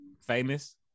Famous